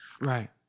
Right